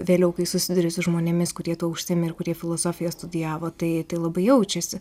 vėliau kai susiduri su žmonėmis kurie tuo užsiėmė ir kurie filosofiją studijavo tai tai labai jaučiasi